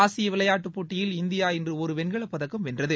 ஆசிய விளையாட்டுப் போட்டியில் இந்தியா இன்று ஒரு வெண்கலப்பதக்கம் வென்றது